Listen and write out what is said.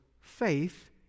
faith